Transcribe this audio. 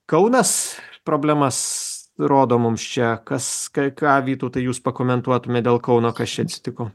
kaunas problemas rodo mums čia kas ką ką vytautai jūs pakomentuotumėt dėl kauno kas čia atsitiko